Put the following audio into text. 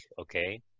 okay